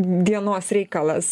dienos reikalas